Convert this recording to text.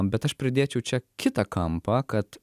bet aš pridėčiau čia kitą kampą kad